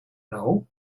know